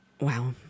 wow